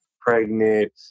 pregnant